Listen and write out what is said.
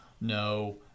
no